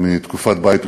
מתקופת בית ראשון.